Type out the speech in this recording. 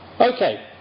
Okay